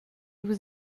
vous